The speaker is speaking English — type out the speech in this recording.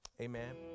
Amen